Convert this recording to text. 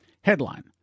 Headline